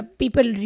people